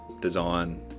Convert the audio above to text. design